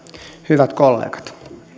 hyvät kollegat